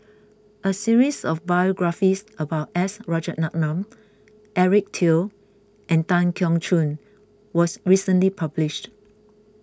a series of biographies about S Rajaratnam Eric Teo and Tan Keong Choon was recently published